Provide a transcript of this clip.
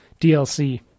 DLC